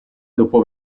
dopo